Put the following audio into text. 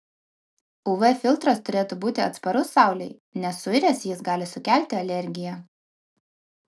uv filtras turėtų būti atsparus saulei nes suiręs jis gali sukelti alergiją